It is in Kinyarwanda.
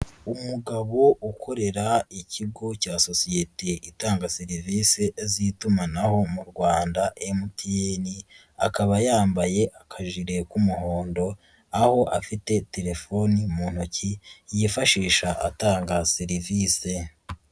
Umugabo ukorera ikigo cya sosiyete itanga serivise z'itumanaho mu Rwanda MTN akaba yambaye akajire k'umuhondo, aho afite telefoni mu ntoki yifashisha atanga serivise.